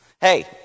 Hey